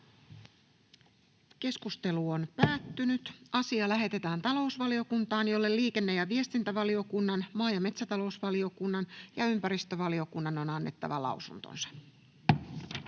ehdottaa, että asia lähetetään talousvaliokuntaan, jolle liikenne- ja viestintävaliokunnan, maa- ja metsätalousvaliokunnan sekä ympäristövaliokunnan on annettava lausunto.